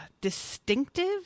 distinctive